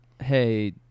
hey